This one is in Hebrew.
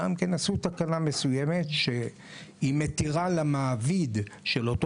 עשו תקלה מסוימת שהיא מתירה למעביד של אותו